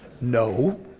no